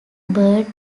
bard